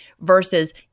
versus